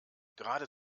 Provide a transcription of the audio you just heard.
gerade